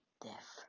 death